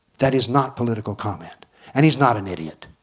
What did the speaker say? that is not political comment and he's not an idiot.